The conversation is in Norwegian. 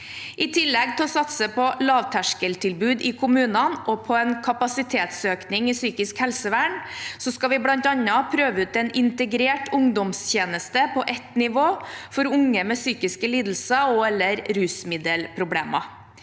I tillegg til å satse på lavterskeltilbud i kommunene og på en kapasitetsøkning i psykisk helsevern skal vi bl.a. prøve ut en integrert ungdomstjeneste på ett nivå for unge med psykiske lidelser og/eller rusmiddelproblemer.